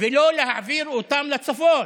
ולא להעביר אותן לצפון?